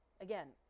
Again